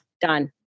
done